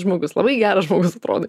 žmogus labai geras žmogus atrodai